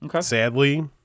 sadly